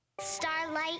Starlight